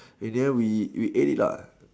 in the end we we ate it lah